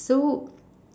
so